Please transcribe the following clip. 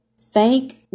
Thank